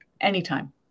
anytime